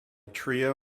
trio